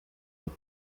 mit